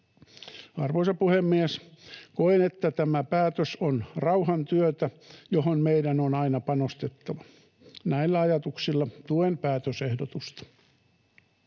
Arvoisa puhemies! Koen, että tämä päätös on rauhantyötä, johon meidän on aina panostettava. Näillä ajatuksilla tuen päätösehdotusta.